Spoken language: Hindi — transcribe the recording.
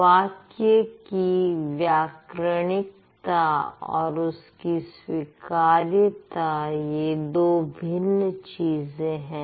वाक्य की व्याकरणिकता और उसकी स्वीकार्यता यह दो भिन्न चीजें हैं